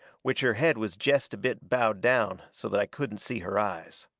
which her head was jest a bit bowed down so that i couldn't see her eyes.